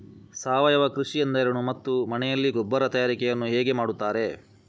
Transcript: ಸಾವಯವ ಕೃಷಿ ಎಂದರೇನು ಮತ್ತು ಮನೆಯಲ್ಲಿ ಗೊಬ್ಬರ ತಯಾರಿಕೆ ಯನ್ನು ಹೇಗೆ ಮಾಡುತ್ತಾರೆ?